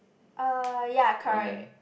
uh ya correct